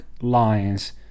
lines